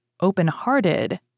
open-hearted